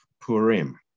Purim